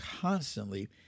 constantly